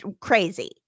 crazy